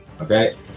Okay